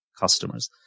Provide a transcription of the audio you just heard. customers